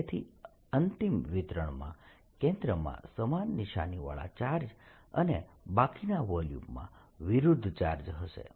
તેથી અંતિમ વિતરણમાં કેન્દ્રમાં સમાન નિશાની વાળા ચાર્જ અને બાકીના વોલ્યુમમાં વિરુદ્ધ ચાર્જ હશે